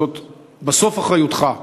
שבסוף זאת אחריותך.